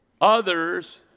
others